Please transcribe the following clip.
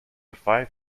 five